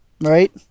right